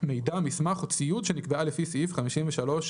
מסמך או ציוד שנקבעה לפי סעיף 53א(א)(4).""